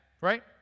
right